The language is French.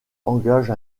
engage